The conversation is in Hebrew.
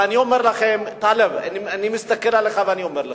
ואני אומר לך, טלב, אני מסתכל עליך ואני אומר לך: